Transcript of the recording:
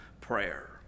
prayer